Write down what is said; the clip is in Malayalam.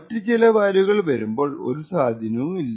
മറ്റു ചില വാല്യൂകൾ വരുമ്പോൾ ഒരു സ്വാധീനവും ഇല്ല